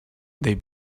they